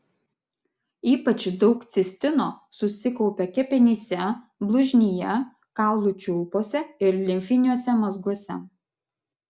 ypač daug cistino susikaupia kepenyse blužnyje kaulų čiulpuose ir limfiniuose mazguose